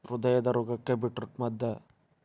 ಹೃದಯದ ರೋಗಕ್ಕ ಬೇಟ್ರೂಟ ಮದ್ದ